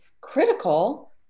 critical